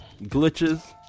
glitches